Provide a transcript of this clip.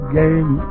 game